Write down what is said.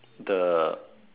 the